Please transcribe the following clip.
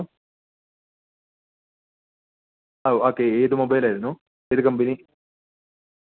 എടാ ഇവിടെ സുഖമായിട്ടിരിക്കുന്നു നമ്മുടെ വേൾഡ് കപ്പിനെ കുറിച്ചു എങ്ങനെയാണ് എന്നായിപ്പം ഇപ്പോഴത്തെ ഒരു സ്കോറും കാര്യങ്ങളൊക്കെ ഒന്ന് പറയാമോ എന്നായി